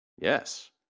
Yes